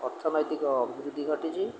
ଅର୍ଥନୈତିକ ବୃଦ୍ଧି ଘଟିଛି